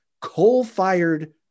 coal-fired